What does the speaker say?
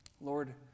Lord